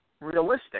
realistic